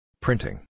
Printing